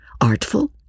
artful